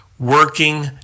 working